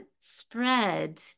spread